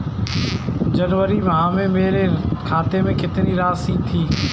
जनवरी माह में मेरे खाते में कितनी राशि थी?